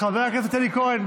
חבר הכנסת אלי כהן,